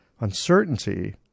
Uncertainty